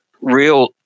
real